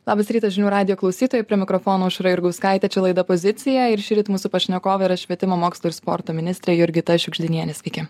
labas rytas žinių radijo klausytojai prie mikrofono aušra jurgauskaitė čia laida pozicija ir šįryt mus pašnekovė yra švietimo mokslo ir sporto ministrė jurgita šiugždinienė sveiki